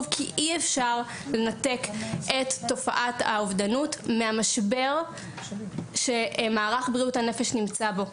כי אי אפשר לנתק את תופעת האובדנות מהמשבר שמערך בריאותה נפש נמצא בו.